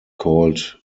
called